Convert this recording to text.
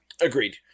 Agreed